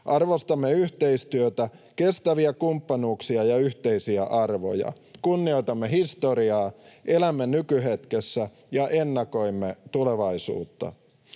Arvostamme yhteistyötä, kestäviä kumppanuuksia ja yhteisiä arvoja. Kunnioitamme historiaa, elämme nykyhetkessä ja ennakoimme tulevaisuutta.